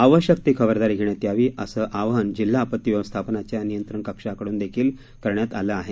आवश्यक ती खबरदारी घेण्यात यावी अस आवाहन जिल्हा आपती व्यवस्थापनाच्या नियंत्रण कक्षाकड्न करण्यात आलं आहे